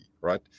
right